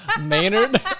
Maynard